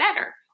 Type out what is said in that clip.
better